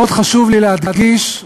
מאוד חשוב לי להדגיש,